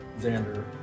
Xander